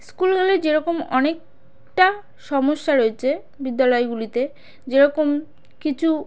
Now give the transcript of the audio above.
স্কুলগুলি যেরকম অনেকটা সমস্যা রয়েছে বিদ্যালয়গুলিতে যেরকম কিছু